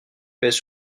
pèsent